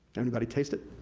anybody taste it?